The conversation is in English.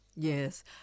Yes